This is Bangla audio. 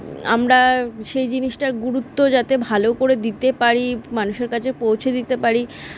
আমরা সেই জিনিসটার গুরুত্ব যাতে ভালো করে দিতে পারি মানুষের কাছে পৌঁছে দিতে পারি